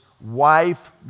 wife